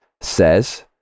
says